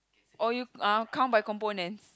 or you uh count by components